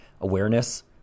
awareness